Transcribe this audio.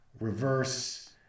reverse